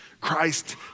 Christ